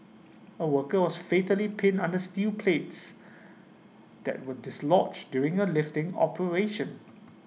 A worker was fatally pinned under steel plates that were dislodged during A lifting operation